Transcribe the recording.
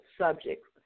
subjects